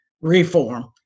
reform